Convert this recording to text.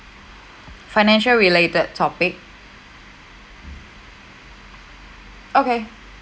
financial related topic okay